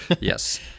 Yes